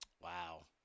Wow